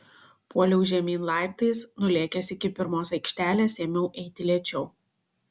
puoliau žemyn laiptais nulėkęs iki pirmos aikštelės ėmiau eiti lėčiau